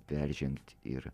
peržengt ir